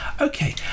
Okay